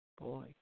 Boy